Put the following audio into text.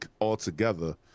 altogether